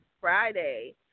Friday